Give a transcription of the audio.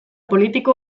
politiko